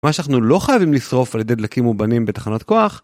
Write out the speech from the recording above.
מה שאנחנו לא חייבים לשרוף על ידי דלקים מאובנים בתחנת כוח?